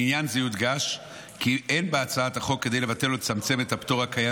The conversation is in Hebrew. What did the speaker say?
לעניין זה יודגש כי אין בהצעת החוק כדי לבטל או לצמצם את הפטור הקיים